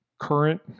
current